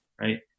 right